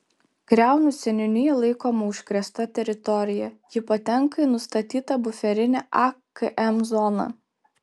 kriaunų seniūnija laikoma užkrėsta teritorija ji patenka į nustatytą buferinę akm zoną